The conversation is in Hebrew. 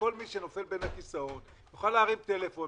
שכל מי שנופל בין הכיסאות יוכל להרים טלפון.